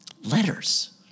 letters